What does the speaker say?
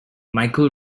michael